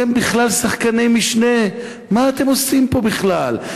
אתם בכלל שחקני משנה, מה אתם עושים פה בכלל?